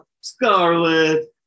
Scarlet